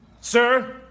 sir